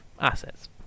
assets